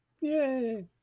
Yay